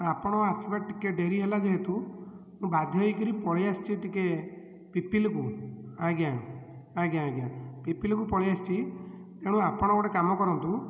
ଆପଣ ଆସିବା ଟିକିଏ ଡ଼େରି ହେଲା ଯେହେତୁ ମୁଁ ବାଧ୍ୟ ହୋଇକି ପଳେଇଆସିଛି ଟିକିଏ ପିପିଲିକୁ ଆଜ୍ଞା ଆଜ୍ଞା ଆଜ୍ଞା ପିପିଲିକୁ ପଳେଇଆସିଛି ତେଣୁ ଆପଣ ଗୋଟେ କାମ କରନ୍ତୁ